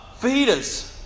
fajitas